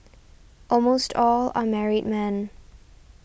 almost all are married men